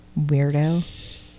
weirdo